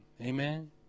Amen